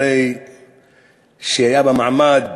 אחרי שהיה במעמד